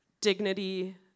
dignity